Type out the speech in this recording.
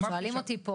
שואלים אותי פה